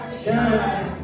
shine